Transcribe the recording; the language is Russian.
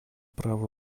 право